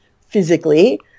physically